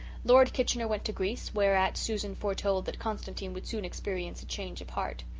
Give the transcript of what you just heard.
lord kitchener went to greece, whereat susan foretold that constantine would soon experience a change of heart.